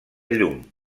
llum